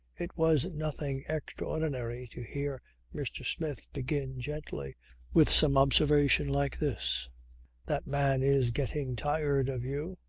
it was nothing extraordinary to hear mr. smith begin gently with some observation like this that man is getting tired of you.